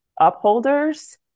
upholders